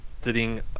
sitting